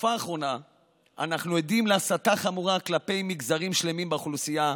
בתקופה האחרונה אנחנו עדים להסתה חמורה כלפי מגזרים שלמים באוכלוסייה,